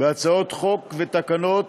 בהצעות חוק ותקנות,